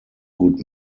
good